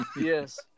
Yes